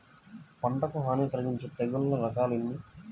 పంటకు హాని కలిగించే తెగుళ్ళ రకాలు ఎన్ని?